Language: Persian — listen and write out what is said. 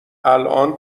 الان